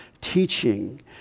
teaching